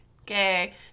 okay